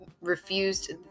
refused